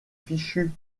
fichu